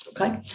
okay